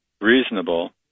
reasonable